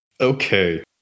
Okay